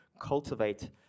cultivate